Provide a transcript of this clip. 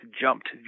jumped